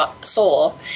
soul